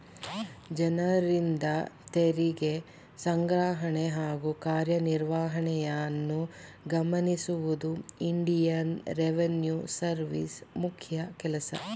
ಜನರಿಂದ ತೆರಿಗೆ ಸಂಗ್ರಹಣೆ ಹಾಗೂ ಕಾರ್ಯನಿರ್ವಹಣೆಯನ್ನು ಗಮನಿಸುವುದು ಇಂಡಿಯನ್ ರೆವಿನ್ಯೂ ಸರ್ವಿಸ್ ಮುಖ್ಯ ಕೆಲಸ